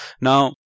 Now